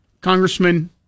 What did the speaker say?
Congressman